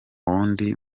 wundi